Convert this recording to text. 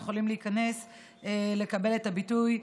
שיכולים להיכנס לקבל את הביטוי,